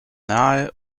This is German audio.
nahe